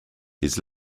his